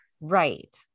Right